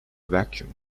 vacuum